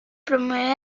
promueve